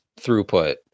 throughput